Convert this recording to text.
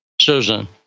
Susan